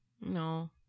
No